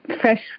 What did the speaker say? fresh